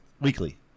weekly